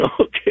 Okay